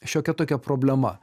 šiokia tokia problema